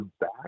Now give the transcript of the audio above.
back